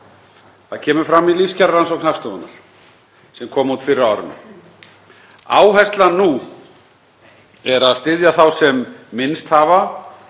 Það kemur fram í lífskjararannsókn Hagstofunnar sem kom út fyrr á árinu. Áherslan nú er að styðja þá sem minnst hafa